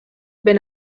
ben